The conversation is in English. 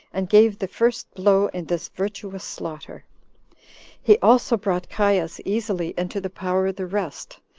and gave the first blow in this virtuous slaughter he also brought caius easily into the power of the rest,